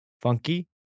funky